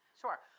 sure